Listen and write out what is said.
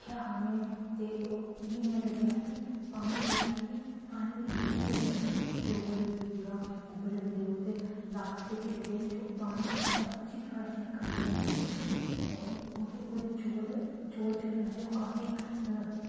दिक्खेआ हा में ते मी इ'यां लग्गेआ कि पानी जेह्ड़ा ऐ कि पानी दे बिच्चूं जेह्ड़ा चौलें गी पूरा उब्बलन देओ ते लास्ट बिच्च जेह्ड़े चौ पानी बचदा उस्सी थोह्ड़ा जेहा कड्डी ओड़ो ते ओह् ओह्दे च चौल चौल जेह्ड़े होंदे ओह् काफी